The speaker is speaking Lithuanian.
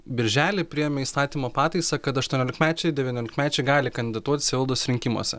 birželį priėmė įstatymo pataisą kad aštuoniolikmečiai devyniolikmečiai gali kandidatuoti savivaldos rinkimuose